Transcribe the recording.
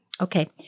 Okay